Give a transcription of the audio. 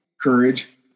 courage